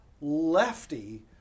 lefty